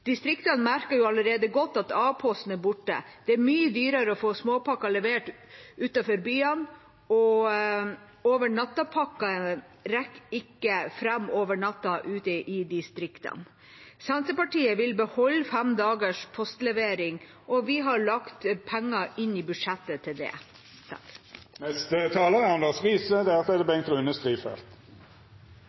Distriktene merker jo allerede godt at A-posten er borte. Det er mye dyrere å få småpakker levert utenfor byene, og over-natta-pakker rekker ikke fram over natta ute i distriktene. Senterpartiet vil beholde postlevering fem dager i uka, og vi har lagt penger til det inn i budsjettet. Det er tidenes satsing på samferdsel – på veg, til